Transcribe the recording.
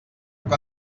que